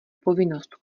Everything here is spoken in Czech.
povinnost